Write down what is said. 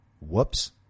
Whoops